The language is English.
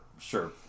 sure